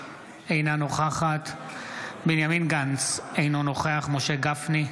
אינה נוכחת בנימין גנץ, אינו נוכח משה גפני,